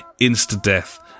insta-death